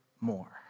more